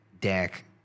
deck